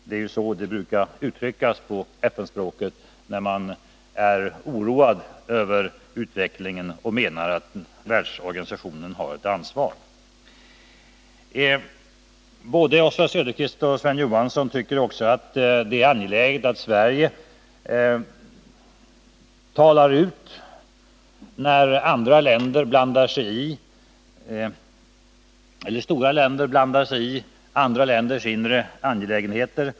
Det är så det brukar uttryckas på FN-språket när man är oroad över utvecklingen och menar att världsorganisationen har ett ansvar. Både Oswald Söderqvist och Sven Johansson tycker också att det är angeläget att Sverige talar ut när stora länder blandar sig i andra länders inre angelägenheter.